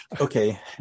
okay